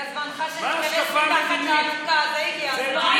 הגיע זמנך שתיכנס מתחת לאלונקה, לזה הגיע הזמן.